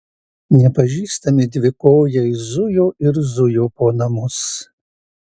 nepažįstami dvikojai zujo ir zujo po namus